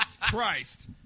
Christ